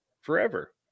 forever